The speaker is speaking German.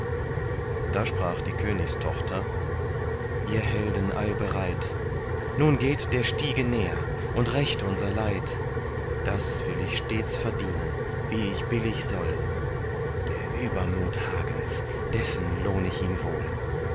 da sprach die königstochter ihr helden allbereit nun geht der stiege näher und rächt unser leid das will ich stets verdienen wie ich billig soll der übermut hagens dessen lohn ich ihm wohl